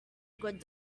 good